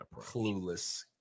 Clueless